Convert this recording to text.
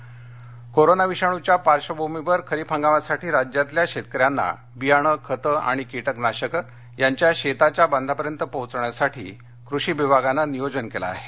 खरीप नियोजन कोरोना विषाणुच्या पार्श्वभूमीवर खरीप हंगामासाठी राज्यातल्या शेतकऱ्यांना वियाणं खतं आणि किटकनाशकं त्यांच्या शेताच्या बांधापर्यंत पोहोचवण्यासाठी कृषी विभागानं नियोजन केलं आहे